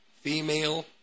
female